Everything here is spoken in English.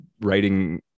writing